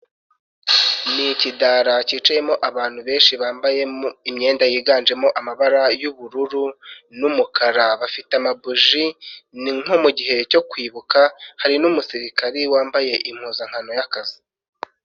Ni ikidara kicayemo abantu benshi bambaye mu imyenda yiganjemo amabara y'ubururu n'umukara, bafite ama buji ni nko mugihe cyo kwibuka, hari n'umusirikare wambaye impuzankano y'akazi.